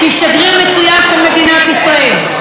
תעשייה ישראלית של אנשים מוכשרים,